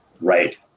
right